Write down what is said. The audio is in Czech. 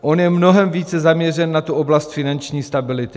On je mnohem více zaměřen na oblast finanční stability.